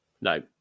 No